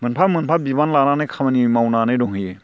मोनफा मोनफा बिबान लानानै खामानि मावनानै दंहैयो